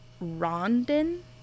Rondon